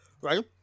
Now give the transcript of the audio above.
Right